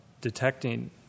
detecting